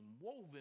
woven